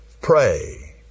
pray